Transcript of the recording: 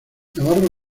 navarro